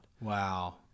Wow